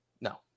No